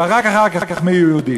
ורק אחר כך מיהו יהודי.